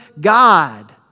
God